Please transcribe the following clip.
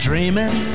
Dreaming